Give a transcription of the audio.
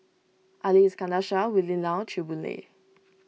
Ali Iskandar Shah Willin Low Chew Boon Lay